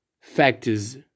factors